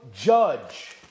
judge